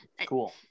Cool